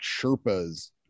sherpas